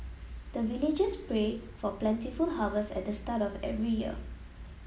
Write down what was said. the villagers pray for plentiful harvest at the start of every year